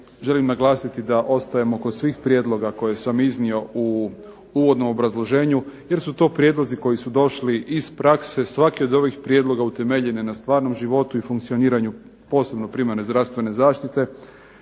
želim naglasiti da ostajemo kod svih prijedloga koje sam iznio u uvodnom obrazloženju jer su to prijedlozi koji su došli iz prakse. Svaki od ovih prijedloga utemeljen je na stvarnom životu i funkcioniranju posebno primarne zdravstvene zaštite,